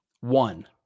one